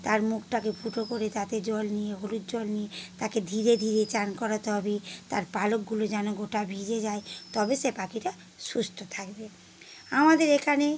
তার মুখটাকে ফুটো করে তাতে জল নিয়ে হলুদ জল নিয়ে তাকে ধীরে ধীরে চান করাতে হবে তার পালকগুলো যেন গোটা ভিজে যায় তবে সে পাখিটা সুস্থ থাকবে আমাদের এখানে